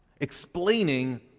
explaining